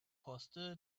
poste